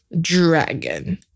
dragon